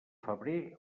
febrer